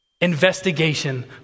investigation